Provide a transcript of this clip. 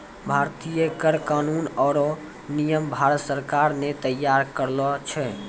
भारतीय कर कानून आरो नियम भारत सरकार ने तैयार करलो छै